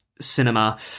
cinema